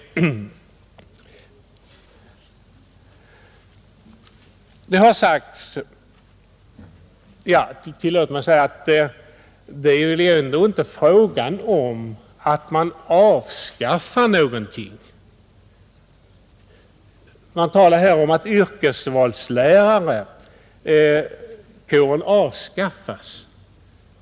Här är det dock inte fråga om att man avskaffar någonting. Det har sagts i debatten att yrkesvalslärarkåren avskaffas.